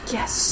Yes